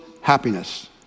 happiness